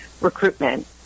recruitment